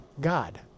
God